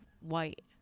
white